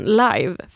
live